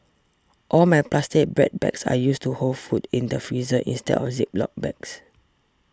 all my plastic bread bags are used to hold food in the freezer instead of Ziploc bags